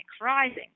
rising